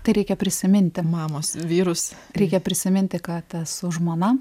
tereikia prisiminti mamos vyrus reikia prisiminti kad esu žmona